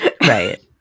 Right